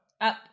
up